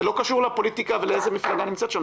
זה לא קשור לפוליטיקה ולאיזו מפלגה נמצאת שם.